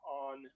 on